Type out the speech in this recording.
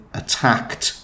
attacked